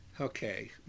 Okay